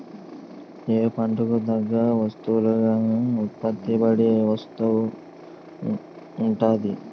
ఏ పంటకు తగ్గ వస్తువునాగే ఉత్పత్తి బట్టి వస్తువు ఉంటాది